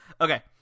Okay